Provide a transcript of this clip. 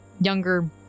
younger